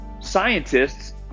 scientists